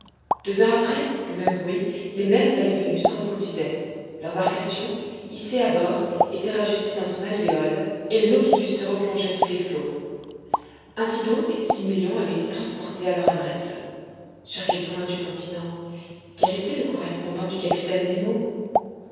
deux heures après le même bruit les mêmes allées et venues se reproduisaient l'embarcation hissée à bord était rajustée dans son alvéole et le nautilus se replongeait sous les flots ainsi donc ces millions avaient été transportés à leur adresse sur quel point du continent quel était le correspondant du capitaine nemo